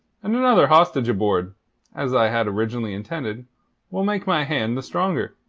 and another hostage aboard as i had originally intended will make my hand the stronger.